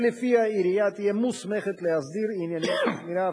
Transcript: שלפיה עירייה תהיה מוסמכת להסדיר עניינים של שמירה,